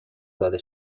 داده